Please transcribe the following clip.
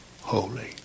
holy